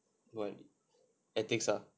what ethics ah